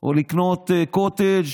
או לקנות קוטג'